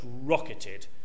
rocketed